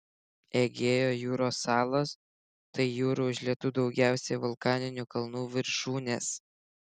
egėjo jūros salos tai jūrų užlietų daugiausiai vulkaninių kalnų viršūnės